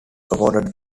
awarded